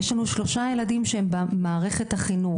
יש לנו שלושה ילדים שנמצאים במערכת החינוך,